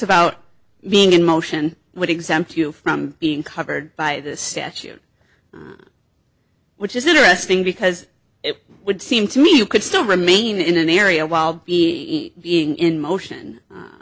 about being in motion would exempt you from being covered by this statute which is interesting because it would seem to me you could still remain in an area while being in motion